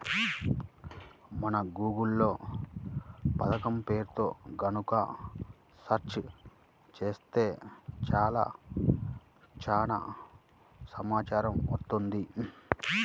మనం గూగుల్ లో పథకం పేరుతో గనక సెర్చ్ చేత్తే చాలు చానా సమాచారం వత్తది